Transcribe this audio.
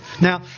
Now